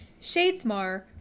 shadesmar